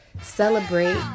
celebrate